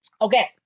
Okay